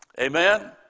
Amen